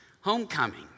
homecoming